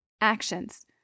Actions